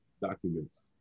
documents